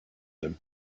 him